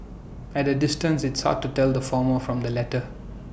at A distance it's hard to tell the former from the latter